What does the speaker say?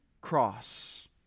cross